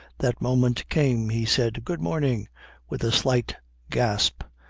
that moment came. he said good morning with a slight gasp,